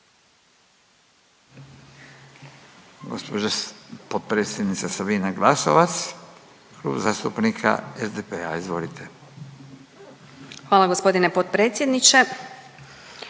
Hvala poštovani potpredsjedniče.